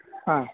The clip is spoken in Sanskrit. हा